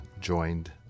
joined